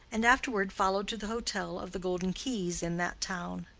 and afterward followed to the hotel of the golden keys, in that town.